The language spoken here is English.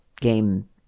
game